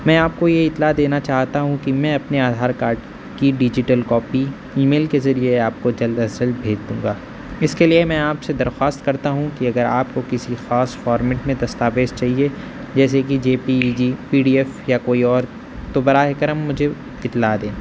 میں آپ کو یہ اطلاع دینا چاہتا ہوں کہ میں اپنے آدھار کارڈ کی ڈیجیٹل کاپی ای میل کے ذریعے آپ کو جلد از جلد بھیج دوں گا اس کے لیے میں آپ سے درخواست کرتا ہوں کہ اگر آپ کو کسی خاص فارمیٹ میں دستاویز چاہیے جیسے کہ J P E G P D F یا کوئی اور تو براہ کرم مجھے اطلاع دیں